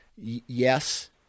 Yes